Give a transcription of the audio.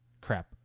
crap